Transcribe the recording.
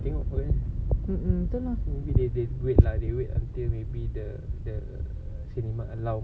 tengok maybe they wait lah they wait until maybe the the cinema allow